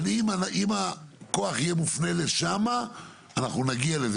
אבל אם הכוח יהיה מופנה לשם, אנחנו נגיע לזה.